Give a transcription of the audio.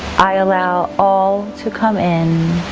i allow all to come in